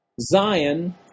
Zion